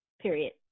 period